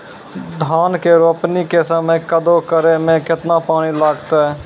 धान के रोपणी के समय कदौ करै मे केतना पानी लागतै?